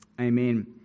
Amen